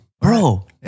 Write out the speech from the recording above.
Bro